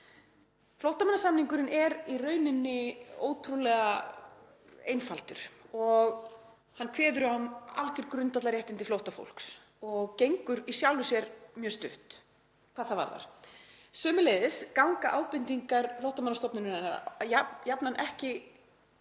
Flóttamannasamningurinn er í rauninni ótrúlega einfaldur og hann kveður á um algjör grundvallarréttindi flóttafólks og gengur í sjálfu sér mjög stutt hvað það varðar. Sömuleiðis ganga ábendingar Flóttamannastofnunar ekki